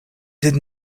did